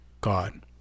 God